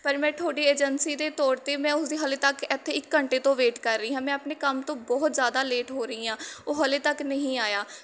ਪਰ ਮੈਂ ਤੁਹਾਡੀ ਏਜੰਸੀ ਦੇ ਤੌਰ 'ਤੇ ਮੈਂ ਉਸਦੀ ਹਾਲੇ ਤੱਕ ਇੱਥੇ ਇੱਕ ਘੰਟੇ ਤੋਂ ਵੇਟ ਕਰ ਰਹੀ ਹਾਂ ਮੈਂ ਆਪਣੇ ਕੰਮ ਤੋਂ ਬਹੁਤ ਜ਼ਿਆਦਾ ਲੇਟ ਹੋ ਰਹੀ ਹਾਂ ਉਹ ਹਾਲੇ ਤੱਕ ਨਹੀਂ ਆਇਆ